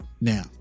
Now